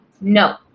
No